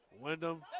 Wyndham